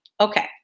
Okay